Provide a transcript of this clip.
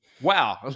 wow